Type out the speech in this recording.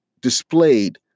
displayed